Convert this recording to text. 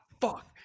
fuck